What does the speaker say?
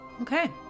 okay